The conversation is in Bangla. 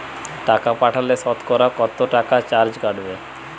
টাকা পাঠালে সতকরা কত টাকা চার্জ কাটবে?